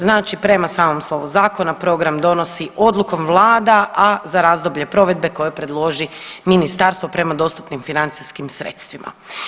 Znači prema samom slovu zakona program donosi odlukom vlada, a za razdoblje provedbe koje predloži ministarstvo prema dostupnim financijskim sredstvima.